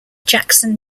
jackson